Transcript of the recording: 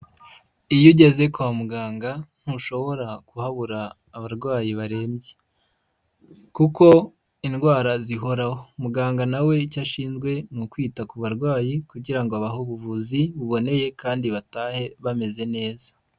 Iyo ugeze kwa muganga ntushobora kuhabura abarwayi barembye kuko indwara zihoraho. Muganga na we icyo ashinzwe ni ukwita ku barwayi kugira ngo abahe ubuvuzi buboneye kandi batahe bameze neza.